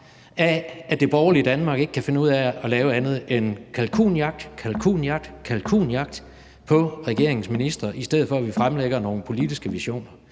af, at det borgerlige Danmark ikke kan finde ud af at lave andet end kalkunjagt, kalkunjagt, kalkunjagt på regeringens ministre, i stedet for at vi fremlægger nogle politiske visioner.